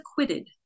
acquitted